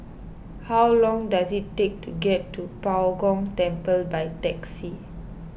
how long does it take to get to Bao Gong Temple by taxi